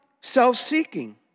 self-seeking